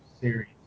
series